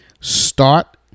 start